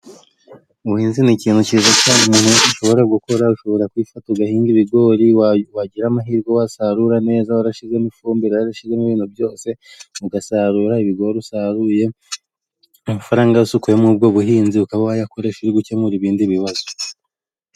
Ubuhinzi ni ikintu kiza cyane umuntu wese ashobora gukora. Ushobora kwifata ugahinga ibigori, wagira amahirwe wasarura neza warashyizemo ifumbire warashyizemo ibintu byose, ugasarura. Ibigori byose usaruye, amafaranga yose ukuye muri ubwo buhinzi ukaba wayakoreshe uri gukemura ibindi bibazo.